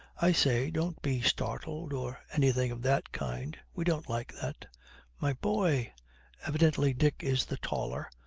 i say, don't be startled, or anything of that kind. we don't like that my boy evidently dick is the taller,